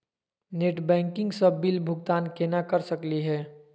Net banking स bill भुगतान केना कर सकली हे?